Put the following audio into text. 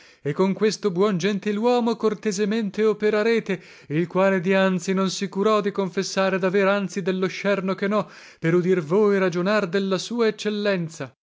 e con questo buon gentiluomo cortesemente operarete il quale dianzi non si curò di confessare daver anzi dello scerno che no per udir voi ragionar della sua eccellenza